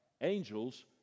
Angels